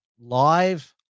live